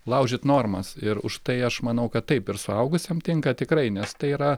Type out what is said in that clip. laužyt normas ir užtai aš manau kad taip ir suaugusiem tinka tikrai nes tai yra